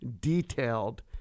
detailed